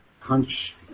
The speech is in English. punch